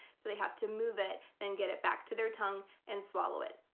so they have to move it and get it back to their tongue and swallow it.